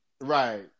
Right